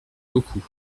beaucoup